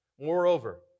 Moreover